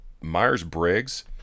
Myers-Briggs